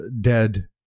dead